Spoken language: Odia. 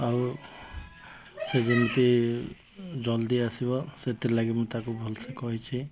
ଆଉ ସେ ଯେମିତି ଜଲ୍ଦି ଆସିବ ସେଥିଲାଗି ମୁଁ ତାକୁ ଭଲ ସେ କହିଛି